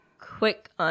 quick